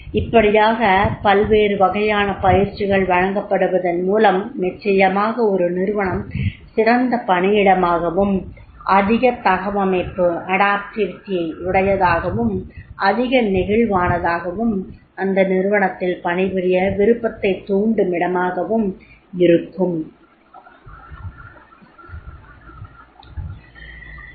இப்படியாக பல்வேறு வகையான பயிற்சிகள் வழங்கப்படுவதன் மூலம் நிச்சயமாக ஒரு நிறுவனம் சிறந்த பணியிடமாகவும் அதிக தகவமைப்பு டையதாகவும் அதிக நெகிழ்வானதாகவும் அந்த நிறுவனத்தில் பணிபுரிய விருப்பத்தைத் தூண்டும் இடமாகவும் இருக்கும்